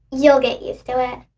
you'll get used to it.